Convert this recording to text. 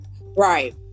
Right